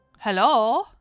hello